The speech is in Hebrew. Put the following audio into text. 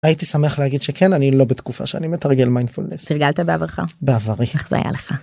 הייתי שמח להגיד שכן אני לא בתקופה שאני מתרגל מיינדפולנס. תרגלת בעברך? בעברי. איך זה היה לך?